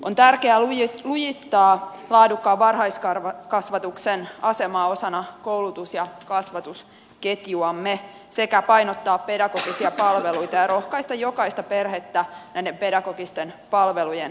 on tärkeää lujittaa laadukkaan varhaiskasvatuksen asemaa osana koulutus ja kasvatusketjuamme sekä painottaa pedagogisia palveluita ja rohkaista jokaista perhettä näiden pedagogisten palvelujen käyttöön